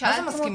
מה זה מסכימים?